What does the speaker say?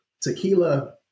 tequila